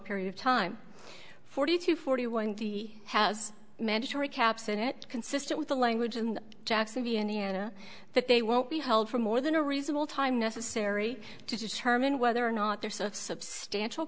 period of time forty to forty one he has mandatory caps in it consistent with the language and jackson the indiana that they won't be held for more than a reasonable time necessary to determine whether or not they're sort of substantial